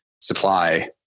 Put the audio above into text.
supply